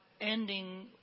ending